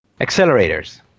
Accelerators